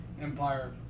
empire